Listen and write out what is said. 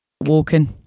walking